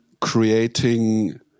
creating